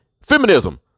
Feminism